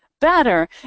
better